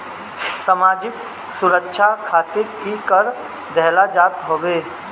सामाजिक सुरक्षा खातिर इ कर देहल जात हवे